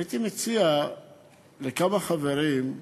הייתי מציע לכמה חברים,